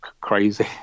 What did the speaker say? crazy